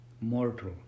mortal